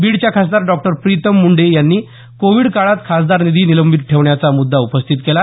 बीडच्या खासदार डॉ प्रीतम मुंडे यांनी कोविड काळात खासदार निधी निलंबित ठेवण्याचा मुद्दा उपस्थित केला